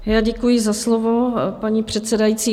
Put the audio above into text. Já děkuji za slovo, paní předsedající.